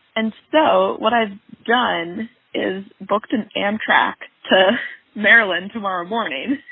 and so, what i've done is booked an amtrak to maryland tomorrow morning